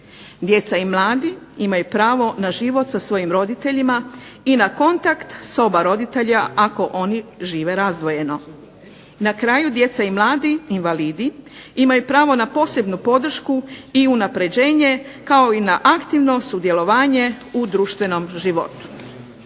Djeca i mladi imaju pravo na život sa roditeljima i na kontakt s oba roditelja ako oni žive razdvojeno. Na kraju djeca i mladi invalidi, imaju pravo na posebnu podršku i unapređenje kao i na aktivno sudjelovanje u društvenom životu.